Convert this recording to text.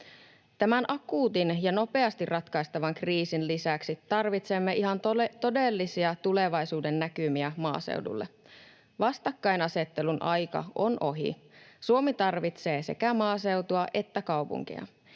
Tämän akuutin ja nopeasti ratkaistavan kriisin lisäksi tarvitsemme ihan todellisia tulevaisuudennäkymiä maaseudulle. Vastakkainasettelun aika on ohi. Suomi tarvitsee sekä maaseutua että kaupunkeja.